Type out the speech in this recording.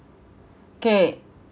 okay